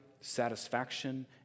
satisfaction